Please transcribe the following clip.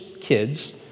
kids